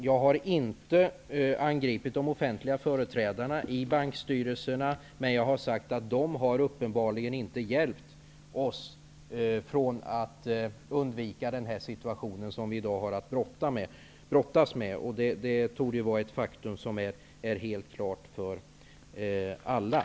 Jag har inte angripit de offentliga företrädarna i bankstyrelserna, men jag har sagt att de uppenbarligen inte har hjälpt oss att undvika den situation som vi i dag har att brottas med. Det torde vara ett faktum som är helt klart för alla.